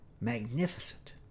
magnificent